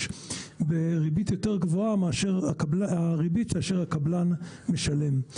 בריבית יותר גבוהה מאשר הריבית אשר הקבלן משלם.